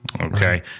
okay